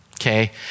Okay